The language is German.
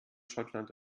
schottland